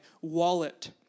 wallet